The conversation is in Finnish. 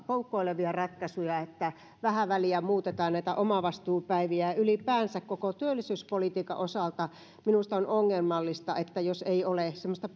poukkoilevia ratkaisuja että vähän väliä muutetaan näitä omavastuupäiviä ylipäänsä koko työllisyyspolitiikan osalta minusta on ongelmallista jos ei ole semmoista